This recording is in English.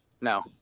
No